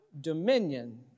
dominion